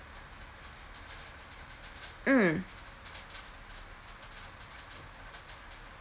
mm